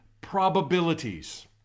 probabilities